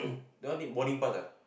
that one need boarding pass ah